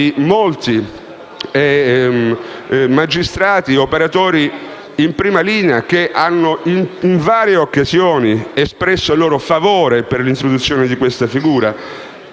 molti magistrati e operatori di prima linea che, in varie occasioni, hanno espresso il loro favore per l'introduzione di questa figura,